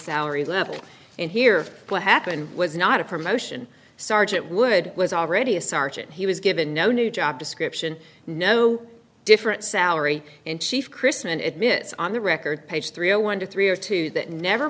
salary level and here what happened was not a promotion sergeant wood was already a sergeant he was given no new job description no different salary and chief chrisman admits on the record page three zero one two three or two that never